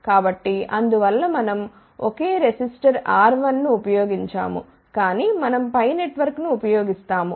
కాబట్టి అందువల్ల మనం ఒకే రెసిస్టర్ R1ను ఉపయోగించము కాని మనం π నెట్వర్క్ను ఉపయోగిస్తాము